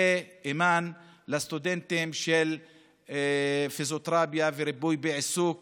בשורה לסטודנטים במגמת פיזיותרפיה וריפוי בעיסוק